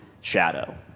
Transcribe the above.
shadow